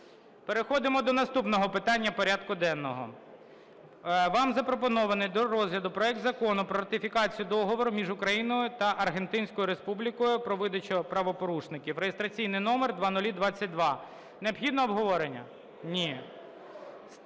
Переходимо до наступного питання порядку денного. Вам запропонований до розгляду проект Закону про ратифікацію Договору між Україною та Аргентинською Республікою про видачу правопорушників (реєстраційний номер 0022). Необхідне обговорення? Ні.